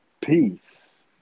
Peace